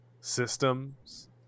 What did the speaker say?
systems